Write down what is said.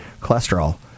cholesterol